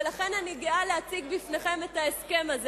ולכן אני גאה להציג בפניכם את ההסכם הזה,